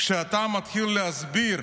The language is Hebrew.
כשאתה מתחיל להסביר